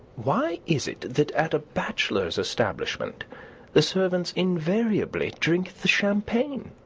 why is it that at a bachelor's establishment the servants invariably drink the champagne?